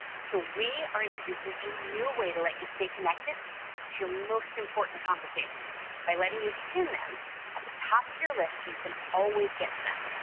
so we are introducing a new way to let you stay connected to your most important conversations by letting you pin them at the top of your list so you can always get to them.